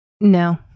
No